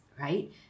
right